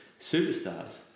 superstars